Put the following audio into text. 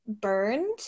burned